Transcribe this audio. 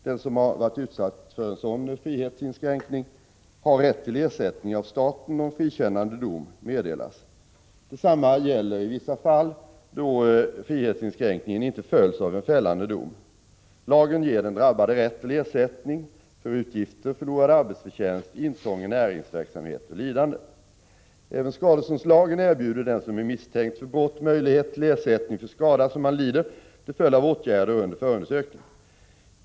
Den som har varit utsatt för en sådan frihetsinskränkning har rätt till ersättning av staten om frikännande dom meddelas. Detsamma gäller i vissa andra fall då frihetsinskränkningen inte följs av en fällande dom. Lagen ger den drabbade rätt till ersättning för utgifter, förlorad arbetsförtjänst, intrång i näringsverksamhet och lidande. Även skadeståndslagen erbjuder den som är misstänkt för brott möjlighet till ersättning för skada som han lider till följd av åtgärder under förundersökningen.